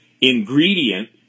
ingredient